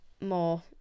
more